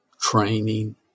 training